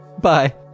Bye